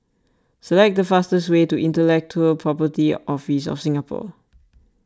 select the fastest way to Intellectual Property Office of Singapore